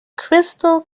crystal